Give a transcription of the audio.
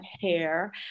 hair